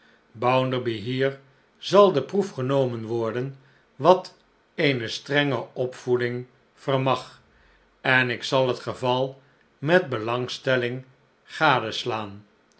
bounderby hier zal de proef genomen worden wat eene strenge opvoeding vermag en ik zal het geval met belangstelling gadeslaan